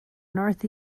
north